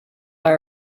are